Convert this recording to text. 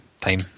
time